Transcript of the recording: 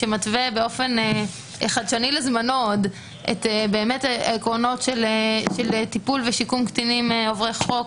שמתווה באופן חדשני לזמנו את עקרונות של טיפול ושיקום קטינים עוברי חוק.